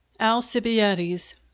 alcibiades